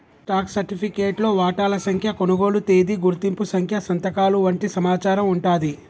stock సర్టిఫికేట్లో వాటాల సంఖ్య, కొనుగోలు తేదీ, గుర్తింపు సంఖ్య సంతకాలు వంటి సమాచారం వుంటాంది